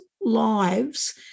lives